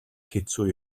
хэцүү